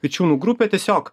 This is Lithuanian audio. vičiūnų grupė tiesiog